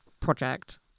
project